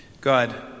God